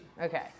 Okay